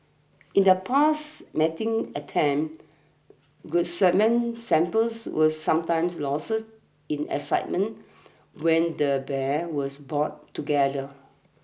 in the past mating attempts good semen samples were sometimes lost in excitement when the bears was brought together